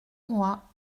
roi